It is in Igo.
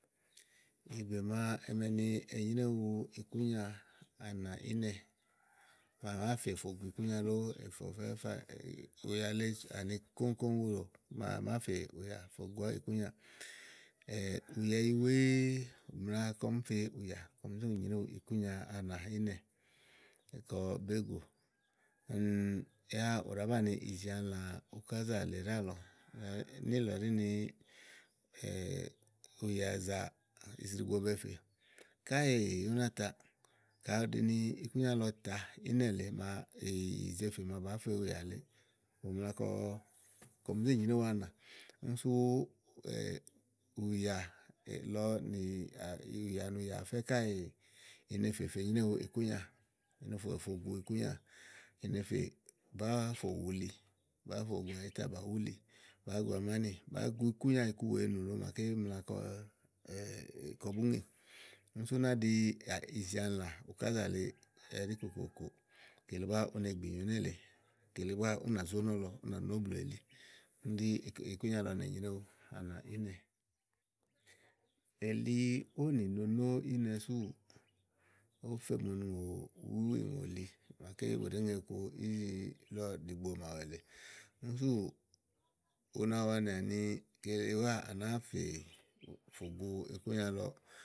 ìgbè màa eme ni enyréwu ikúnya anà ínɛ ka à nàáa fè fò gu ikúnya lóó, è fè ɔfɛ fáà ùyà lèe àni kòŋ kòŋ bu ɖò màa à nàáa fè ùyà fò gu ikúnyà. ùyàìyì wèe mla kɔɔ̀m fe úyà kɔm zé nyrèéwu ikùnya anà ínɛ kɔ bégù. yá ù ɖàá banìi ìzialã ukázà lèe ɖíálɔ̀ɔ. Níìlɔ ɖí ni ùyàzà ìzri gbo be fè. Káèè ú ná taà, ka ù ɖi ni ikúnya lɔ tàa ìnɛ lèe màa ìyìze fè màa bàá fe ùyà lèeè, ù mla kɔ, kɔm zé nyrèéwu anà úni sú ùyà lɔ nì ìyì ìyì àfɛ̀ káèè ine fè fe nyréwu ikúnyà i no fo gu ikúnyà, ine fe, bàáa fò wu uli bàáa fò gu àyíta bà wú uli bàáa gu amánì bàáa gu ikúnyà iku wèe nùlu màaké mla kɔ kɔ bú ŋè. úni sú ú náɖi ìzìalã ukázà lèe ɛɖí kòkòkò, kele búá une gbì ìyì nyo nélèe. kele búá ú nà zó nɔlɔ ú nà nó blù elí úni sú kíni ɖí ikle, ikúnya lɔ nènyréwu anà ínɛ. èli ówò nìnonò ínɛ súù ówò, òó fe mò onì ìŋò wú ìŋòli màaké bu ɖèé ŋe iku ízilɛ ɖíigbo màawu èle úni súù, una wanìà ni gbèele búáá à nàáa fè fò gu ikunya lɔ.